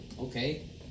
Okay